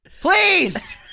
Please